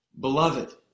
Beloved